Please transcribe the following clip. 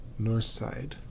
Northside